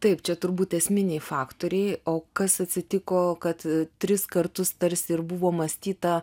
taip čia turbūt esminiai faktoriai o kas atsitiko kad tris kartus tarsi ir buvo mąstyta